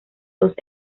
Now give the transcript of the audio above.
dos